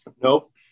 Nope